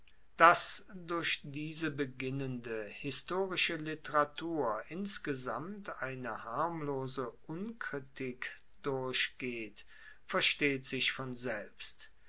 dass durch diese beginnende historische literatur insgesamt eine harmlose unkritik durchgeht versteht sich von selbst